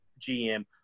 GM